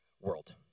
world